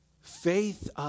faith